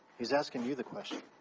he's asking you the question.